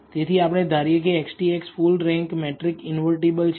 તેથી આપણે ધારીએ કે XTX full rank matrix invertible છે